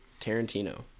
Tarantino